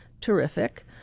terrific